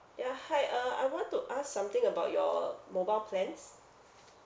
ya hi uh I want to ask something about your mobile plans